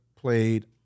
played